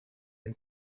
ein